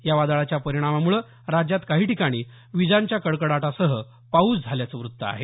या वादळाच्या परिणामामुळे राज्यात काही ठिकाणी विजांच्या कडकडाटासह पाऊस झाल्याचं वृत्त आहे